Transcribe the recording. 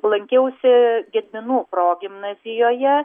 lankiausi gedminų progimnazijoje